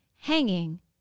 hanging